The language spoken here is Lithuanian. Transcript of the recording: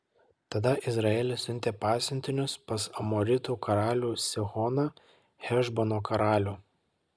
tada izraelis siuntė pasiuntinius pas amoritų karalių sihoną hešbono karalių